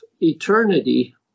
eternity